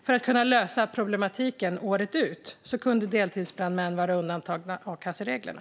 För att lösa problematiken året ut kunde deltidsbrandmän vara undantagna a-kassereglerna.